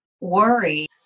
worry